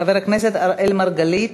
חבר הכנסת אראל מרגלית,